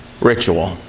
ritual